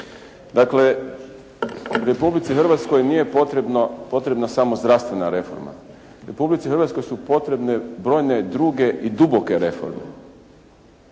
Dakle, u Republici Hrvatskoj nije potrebna samo zdravstvena reforma Republici Hrvatskoj su potrebne brojne druge i duboke reforme.